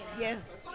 Yes